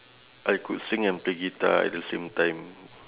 I could sing and play guitar at the same time